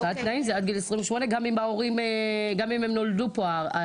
השוואת תנאים זה עד גיל 28. גם אם נולדו פה הילדים.